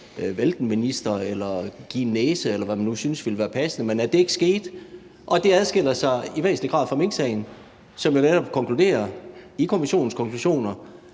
vælte ministeren eller give en næse, eller hvad man nu synes ville være passende, men at det ikke skete, og at det i væsentlig grad adskiller sig fra minksagen, hvor der jo netop skrives i Kommissionens konklusioner,